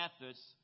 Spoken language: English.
methods